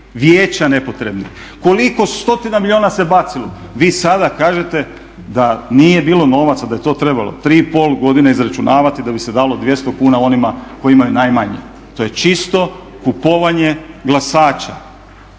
vijeća nepotrebnih, koliko stotina milijuna se bacilo. Vi sada kažete da nije bilo novaca, da je to trebalo 3,5 godine izračunavati da bi se dalo 200 kuna onima koji imaju najmanje. To je čisto kupovanje glasača